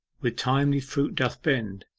with timely fruit doth bend,